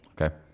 Okay